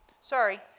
Sorry